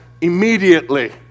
immediately